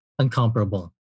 uncomparable